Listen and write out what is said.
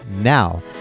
Now